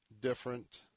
different